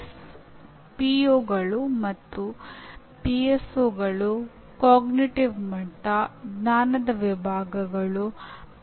ಆದ್ದರಿಂದ ನೀವು ಹಲವಾರು ಬಾರಿ ಕಲಿಸಿದ ನಿಮ್ಮ ಸ್ವಂತ ಪಠ್ಯಕ್ರಮದಿಂದ ಎರಡು ಉದಾಹರಣೆಗಳನ್ನು ತೆಗೆದುಕೊಳ್ಳಿ